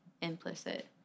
implicit